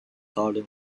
garden